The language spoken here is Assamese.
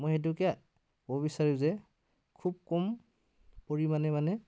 মই এইটোকে ক'ব বিচাৰোঁ যে খুব কম পৰিমাণে মানে